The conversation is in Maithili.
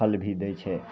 फल भी दै छै